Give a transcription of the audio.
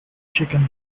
chicken